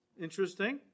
Interesting